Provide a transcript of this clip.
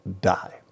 die